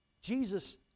Jesus